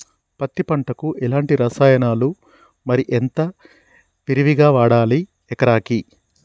పత్తి పంటకు ఎలాంటి రసాయనాలు మరి ఎంత విరివిగా వాడాలి ఎకరాకి?